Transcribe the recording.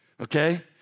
okay